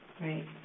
Right